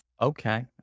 Okay